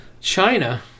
China